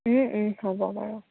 হ'ব বাৰু